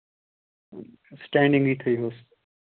سِٹینٛڈِنٛگٕے تھٲے ہُس